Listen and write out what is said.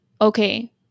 okay